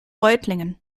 reutlingen